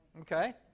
Okay